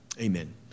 Amen